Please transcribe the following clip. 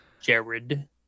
Jared